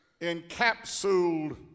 encapsuled